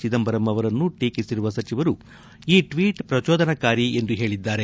ಚಿದಂಬರಂ ಅವರನ್ನು ಟೀಕಿಸಿರುವ ಸಚಿವರು ಈ ಟ್ವೀಟ್ ಪ್ರಜೋದನಾಕಾರಿ ಎಂದು ಹೇಳಿದ್ದಾರೆ